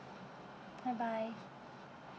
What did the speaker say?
bye bye